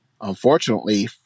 Unfortunately